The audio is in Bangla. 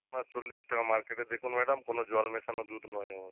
না চল্লিশ টাকা মার্কেটে দেখুন ম্যাডাম কোনো জল মেশানো দুধ নয় আমার